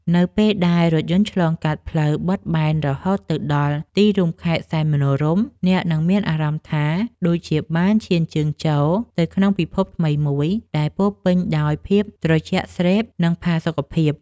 នៅពេលដែលរថយន្តឆ្លងកាត់ផ្លូវបត់បែនរហូតទៅដល់ទីរួមខេត្តសែនមនោរម្យអ្នកនឹងមានអារម្មណ៍ថាដូចជាបានឈានជើងចូលទៅក្នុងពិភពថ្មីមួយដែលពោរពេញដោយភាពត្រជាក់ស្រេប និង ផាសុកភាព។